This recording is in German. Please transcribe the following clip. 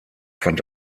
fand